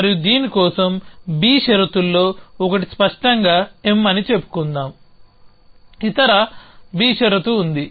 మరియు దీని కోసం B షరతుల్లో ఒకటి స్పష్టంగా M అని చెప్పుకుందాం ఇతర B షరతు ఉంది